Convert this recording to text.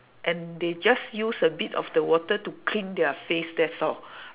and they just use a bit of the water to clean their face that's all